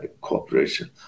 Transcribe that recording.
cooperation